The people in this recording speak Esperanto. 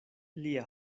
lia